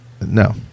no